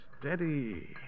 Steady